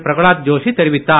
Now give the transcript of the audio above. பிரகலாத் ஜோஷி தெரிவித்தார்